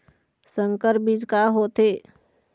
संकर बीज का होथे?